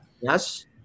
Yes